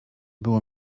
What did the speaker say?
było